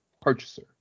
purchaser